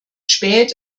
spät